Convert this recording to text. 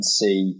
see